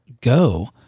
go